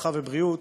הרווחה והבריאות,